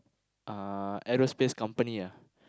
uh aerospace company ah